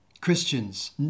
Christians